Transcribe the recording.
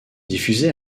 diffusée